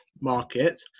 market